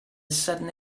sudden